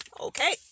okay